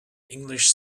english